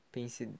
Pense